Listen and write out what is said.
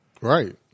Right